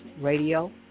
Radio